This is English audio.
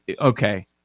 okay